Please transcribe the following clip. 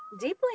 deeply